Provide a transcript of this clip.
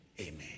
amen